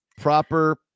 proper